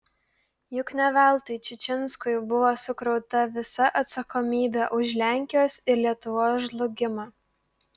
juk ne veltui čičinskui buvo sukrauta visa atsakomybė už lenkijos ir lietuvos žlugimą